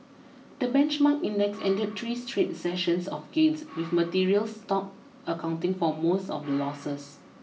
the benchmark index ended three straight sessions of gains with materials stock accounting for most of the losses